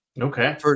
Okay